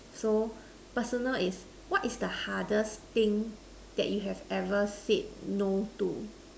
so personal is what is the hardest thing that you have ever said no to